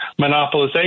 monopolization